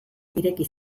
ireki